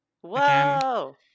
Whoa